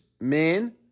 men